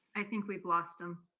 i think we've lost him.